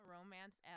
Romance